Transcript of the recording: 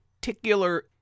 particular